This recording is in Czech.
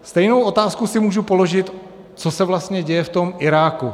Stejnou otázku si můžu položit, co se vlastně děje v tom Iráku.